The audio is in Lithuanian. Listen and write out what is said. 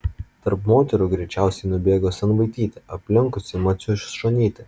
tarp moterų greičiausiai nubėgo sanvaitytė aplenkusi maciušonytę